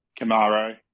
Camaro